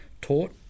taught